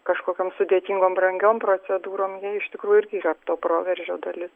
kažkokiom sudėtingom brangiom procedūrom iš tikrųjų irgi yra to proveržio dalis